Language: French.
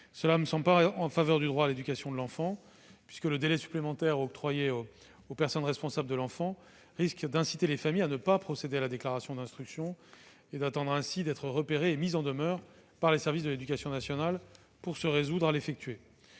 ne vont pas dans le sens du droit à l'éducation de l'enfant. En effet, le délai supplémentaire octroyé aux personnes responsables de l'enfant risque de les inciter à ne pas procéder à la déclaration d'instruction et à attendre d'être repérées et mises en demeure par les services de l'éducation nationale avant de se résoudre à l'effectuer.